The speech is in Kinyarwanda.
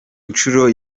nshuro